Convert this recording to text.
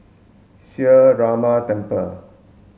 Sree Ramar Temple